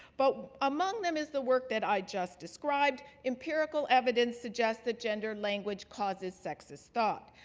but among them is the work that i just described. empirical evidence suggests that gendered language causes sexist thought.